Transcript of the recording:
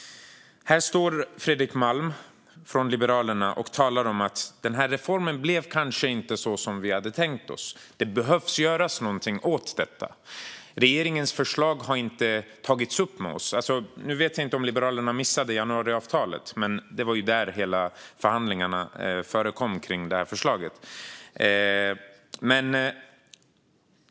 Här står Fredrik Malm från Liberalerna och säger: Friskolereformen kanske inte blev så som vi hade tänkt oss. Det behöver göras någonting åt detta. Regeringens förslag har inte tagits upp med oss. Nu vet jag inte om Liberalerna missade januariavtalet, men det var ju där som förhandlingarna om det här förslaget skedde.